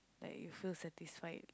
like you feel satisfied